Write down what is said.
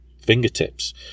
fingertips